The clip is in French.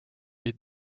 ait